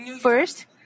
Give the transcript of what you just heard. First